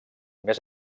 més